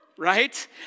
right